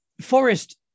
Forest